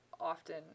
often